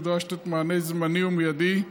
נדרש לתת מענה זמני ומיידי,